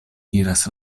diras